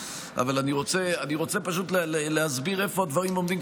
אבל אני רוצה פשוט להסביר איפה הדברים עומדים,